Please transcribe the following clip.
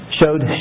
showed